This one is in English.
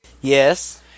Yes